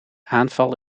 aanval